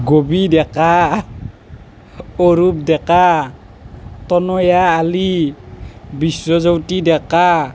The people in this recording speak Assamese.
গবি ডেকা অৰূপ ডেকা তনয়া আলি বিশ্বজ্যোতি ডেকা